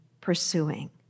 pursuing